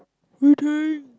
waiting